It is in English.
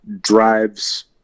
Drives